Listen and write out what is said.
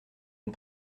une